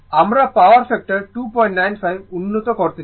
আমরা power factor 295 উন্নত করতে চাই